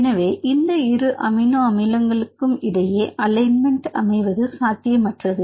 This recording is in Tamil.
எனவே இந்த இரு அமினோ அமிலங்களும் இடையே அலைன்மெண்ட் அமைவது சாத்தியமற்றது